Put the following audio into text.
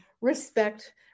respect